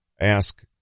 ask